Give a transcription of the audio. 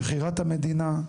בחירת המדינה,